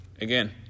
Again